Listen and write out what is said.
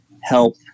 help